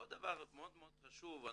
עוד דבר מאוד חשוב.